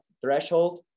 threshold